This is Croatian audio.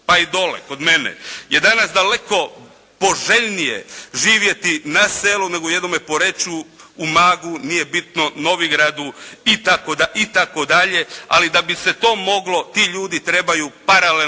pa i dole kod mene je danas daleko poželjnije živjeti na selu, nego u jednome Poreču, Umagu, nije bitno, Novigradu itd., ali da bi se to moglo ti ljudi trebaju paralelno